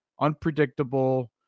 unpredictable